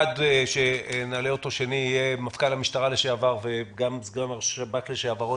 השני שנעלה לשידור יהיה מפכ"ל המשטרה לשעבר וגם סגן ראש השב"כ לשעבר,